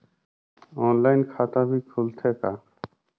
Online खाता भी खुलथे का?